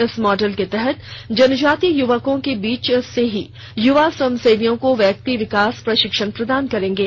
इस मॉडल के तहत जनजातीय युवकों के बीच से ही युवा स्वयंसेवियों को व्यक्ति विकास प्रशिक्षण प्रदान करेंगे